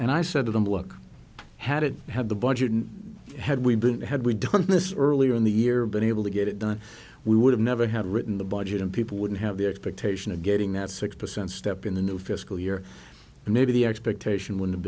and i said to them look had it had the budget had we been had we done this earlier in the year been able to get it done we would never have written the budget and people wouldn't have the expectation of getting that six percent step in the new fiscal year and maybe the expectation would have